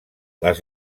les